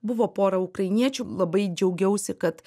buvo pora ukrainiečių labai džiaugiausi kad